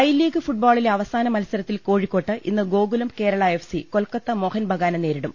I league ഫുട്ബോളിലെ അവസാന മത്സരത്തിൽ കോഴിക്കോട്ട് ഇന്ന് ഗോകുലം കേരള എഫ്സി കൊൽക്കത്ത മോഹൻബഗാനെ നേരിടും